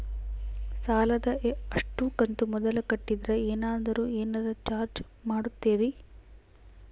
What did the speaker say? ಸಾಲದ ಅಷ್ಟು ಕಂತು ಮೊದಲ ಕಟ್ಟಿದ್ರ ಏನಾದರೂ ಏನರ ಚಾರ್ಜ್ ಮಾಡುತ್ತೇರಿ?